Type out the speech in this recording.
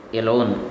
alone